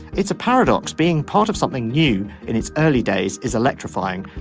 it's a paradox being part of something new in its early days is electrifying.